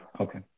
Okay